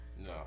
No